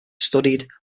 studied